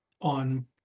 on